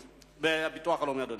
אדוני.